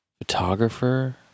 photographer